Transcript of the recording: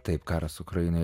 taip karas ukrainoje